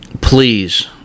please